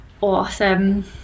awesome